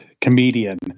comedian